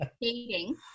dating